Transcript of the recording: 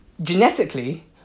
genetically